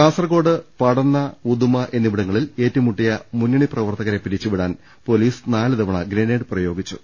കാസർക്കോട് പടന്ന ഉദുമ എന്നിവിടങ്ങളിൽ ഏറ്റുമുട്ടിയ മുന്നണി പ്രവർത്തകരെ പിരിച്ചുവിടാൻ പൊലീസ് നാലു തവണ ഗ്രനേഡ് പ്രയോഗി ച്ചു